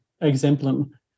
Exemplum